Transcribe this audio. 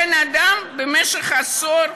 בן-אדם במשך עשור,